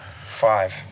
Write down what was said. Five